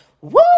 Woo